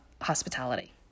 hospitality